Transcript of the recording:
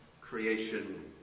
creation